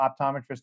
optometrist